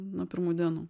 nuo pirmų dienų